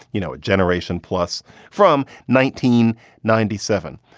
you know, generation plus from nineteen ninety seven.